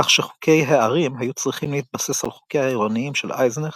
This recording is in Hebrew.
כך שחוקי הערים היו צריכים להתבסס על חוקיה העירוניים של אייזנך